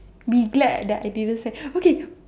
be glad that I didn't sing okay